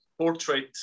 portrait